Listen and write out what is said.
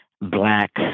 black